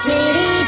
City